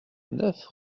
neuf